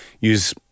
use